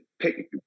pick